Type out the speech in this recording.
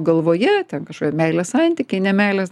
galvoje ten kažkokie meilės santykiai ne meilės